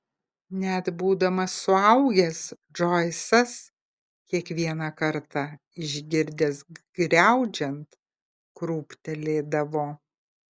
net būdamas suaugęs džoisas kiekvieną kartą išgirdęs griaudžiant krūptelėdavo